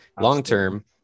long-term